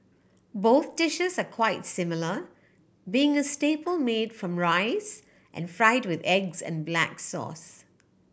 both dishes are quite similar being a staple made from rice and fried with eggs and black sauce